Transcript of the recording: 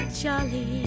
jolly